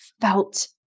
felt